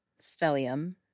Stellium